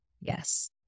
Yes